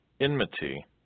enmity